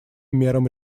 мерам